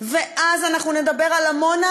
ואז אנחנו נדבר על עמונה,